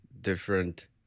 different